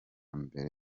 mbere